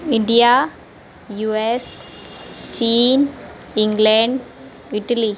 India U S China England Italy